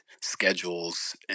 schedules